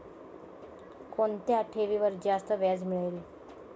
कोणत्या ठेवीवर जास्त व्याज मिळेल?